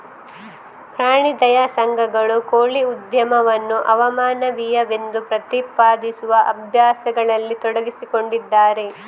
ಪ್ರಾಣಿ ದಯಾ ಸಂಘಗಳು ಕೋಳಿ ಉದ್ಯಮವನ್ನು ಅಮಾನವೀಯವೆಂದು ಪ್ರತಿಪಾದಿಸುವ ಅಭ್ಯಾಸಗಳಲ್ಲಿ ತೊಡಗಿಸಿಕೊಂಡಿದ್ದಾರೆ